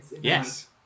Yes